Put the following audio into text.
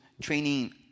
training